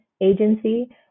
agency